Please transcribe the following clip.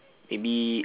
maybe